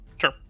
sure